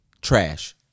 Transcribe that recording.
trash